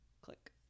click